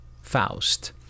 Faust